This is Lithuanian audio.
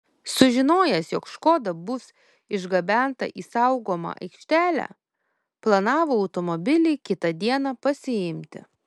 sužinojęs jog škoda bus išgabenta į saugomą aikštelę planavo automobilį kitą dieną pasiimti